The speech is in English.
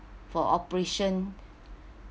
for operation